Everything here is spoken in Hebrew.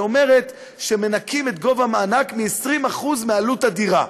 שאומרת שמנכים מגובה המענק 20% מעלות הדירה.